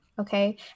Okay